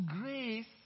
grace